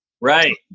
right